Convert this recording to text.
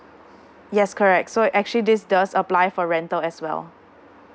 yes correct so actually this does apply for rental as well